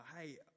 hey